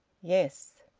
yes.